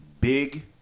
Big